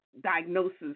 diagnosis